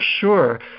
sure